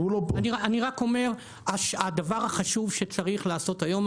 -- אני עומד מאחורי הדברים ואני רק אומר שהדבר החשוב שצריך לעשות היום,